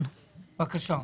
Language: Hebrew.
בבקשה.